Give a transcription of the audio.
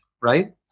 right